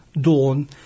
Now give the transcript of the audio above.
dawn